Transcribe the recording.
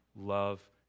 love